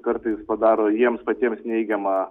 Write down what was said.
kartais padaro jiems patiems neigiamą